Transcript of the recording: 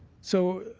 so